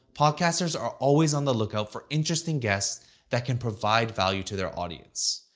podcasters are always on the lookout for interesting guests that can provide value to their audience.